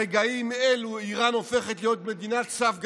ברגעים אלו איראן הופכת להיות מדינת סף גרעינית,